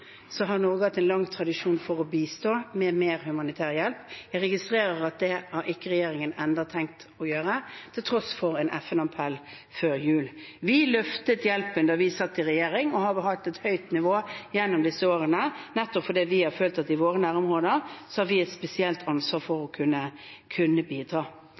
har Norge hatt en lang tradisjon for å bistå med mer humanitær hjelp. Jeg registrerer at det har regjeringen ennå ikke tenkt å gjøre, til tross for en FN-appell før jul. Vi løftet hjelpen da vi satt i regjering, og har hatt et høyt nivå gjennom disse årene, nettopp fordi vi har følt at i våre nærområder har vi et spesielt ansvar for å kunne bidra.